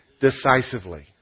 decisively